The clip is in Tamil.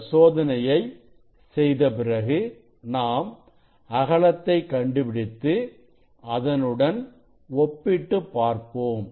இந்த சோதனையை செய்த பிறகு நாம் அகலத்தை கண்டுபிடித்து அதனுடன் ஒப்பிட்டு பார்ப்போம்